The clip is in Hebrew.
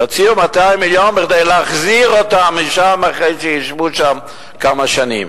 יוציאו 200 מיליון כדי להחזיר אותם משם אחרי שישבו שם כמה שנים.